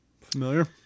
Familiar